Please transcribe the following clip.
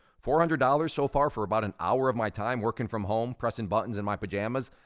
four hundred dollars so far for about an hour of my time, working from home, pressing buttons in my pajamas,